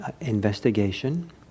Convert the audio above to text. investigation